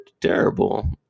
terrible